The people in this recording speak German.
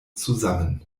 zusammen